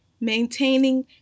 maintaining